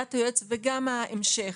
הנחיית היועץ וגם ההמשך,